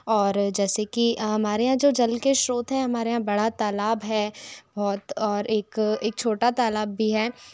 और जैसे कि हमारे यहाँ जो जल के श्रोत हैं हमारे यहाँ बड़ा तालाब है बहुत और एक एक छोटा तालाब भी है